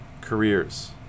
careers